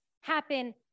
happen